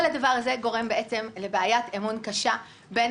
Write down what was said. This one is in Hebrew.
כל הדבר הזה גורם לבעיית אמון קשה בין